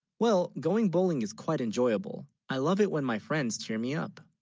well going bowling is quite enjoyable i love it when my friends cheer, me up